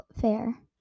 fair